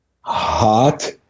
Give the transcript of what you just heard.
Hot